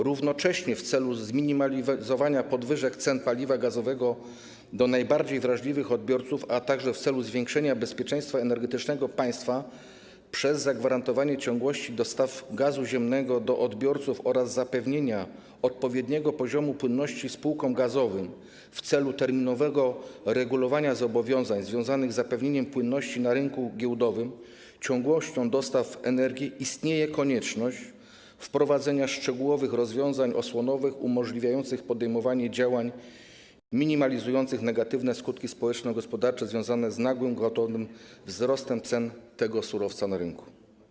Równocześnie w celu zminimalizowania podwyżek cen paliwa gazowego dla najbardziej wrażliwych odbiorców, a także w celu zwiększenia bezpieczeństwa energetycznego państwa przez zagwarantowanie ciągłości dostaw gazu ziemnego do odbiorców oraz zapewnienia odpowiedniego poziomu płynności spółkom gazowym w celu terminowego regulowania zobowiązań związanych z zapewnieniem płynności na rynku giełdowym i ciągłością dostaw energii istnieje konieczność wprowadzenia szczególnych rozwiązań osłonowych umożliwiających podejmowanie działań minimalizujących negatywne skutki społeczno-gospodarcze związane z nagłym, gwałtownym wzrostem cen tego surowca na rynku.